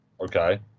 okay